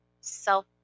self